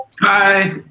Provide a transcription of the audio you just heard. Hi